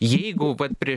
jeigu vat prie